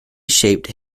shaped